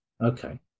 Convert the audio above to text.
Okay